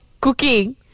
Cooking